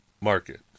market